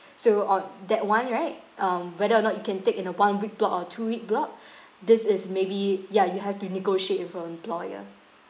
so o~ that [one] right um whether or not you can take in a one week block or two week block this is maybe ya you have to negotiate with your employer